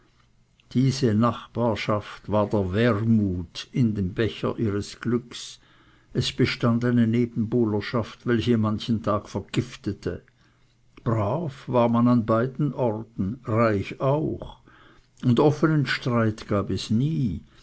diese nachbarschaft war der wermut in dem becher ihres glückes es bestand eine nebenbuhlerschaft welche manchen tag vergiftete brav war man an beiden orten reich auch und offenen streit gab es nie